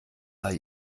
sei